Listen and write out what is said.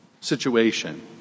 situation